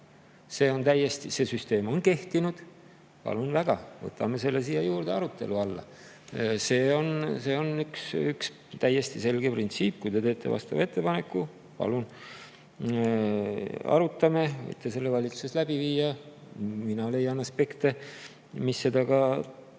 ei jaga. See süsteem on kehtinud. Palun väga, võtame selle siia juurde arutelu alla. See on üks täiesti selge printsiip. Kui te teete vastava ettepaneku, palun, arutame seda ja võite selle valitsuses läbi viia. Mina leian aspekte, mis seda toetavad.